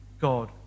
God